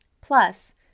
Plus